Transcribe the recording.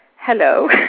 Hello